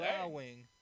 Allowing